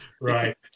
right